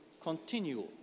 continue